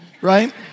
right